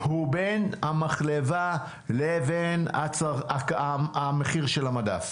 הוא בין המחלבה לבין המחיר של המדף